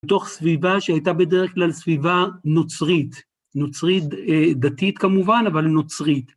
בתוך סביבה שהייתה בדרך כלל סביבה נוצרית, נוצרית דתית כמובן, אבל נוצרית.